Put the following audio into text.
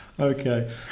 Okay